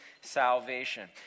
salvation